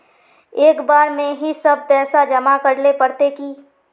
एक बार में ही सब पैसा जमा करले पड़ते की?